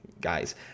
guys